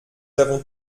avons